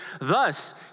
Thus